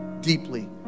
deeply